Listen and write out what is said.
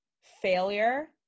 failure